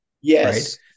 Yes